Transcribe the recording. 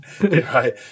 Right